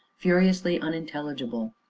furiously unintelligible,